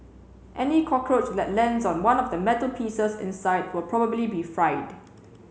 any cockroach that lands on one of the metal pieces inside will probably be fried